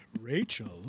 Rachel